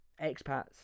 expats